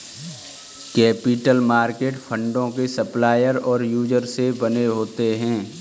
capital market फंडों के supplier और यूजर से बने होते हैं